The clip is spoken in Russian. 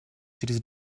через